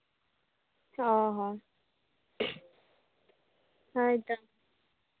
ᱚᱻ ᱦᱮᱸ ᱦᱳᱭᱛᱳ